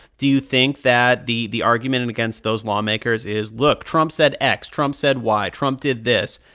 do you think that the the argument and against those lawmakers is, look trump said x. trump said y. trump did this.